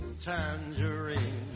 tangerine